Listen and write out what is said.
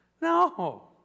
No